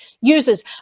users